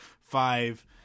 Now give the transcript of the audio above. five